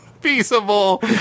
peaceable